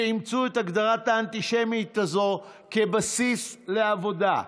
שאימצו את ההגדרה האנטישמית הזאת כבסיס לעבודה.